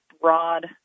broad